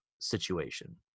situation